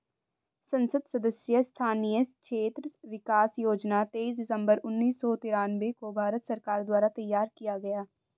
संसद सदस्य स्थानीय क्षेत्र विकास योजना तेईस दिसंबर उन्नीस सौ तिरान्बे को भारत सरकार द्वारा तैयार किया गया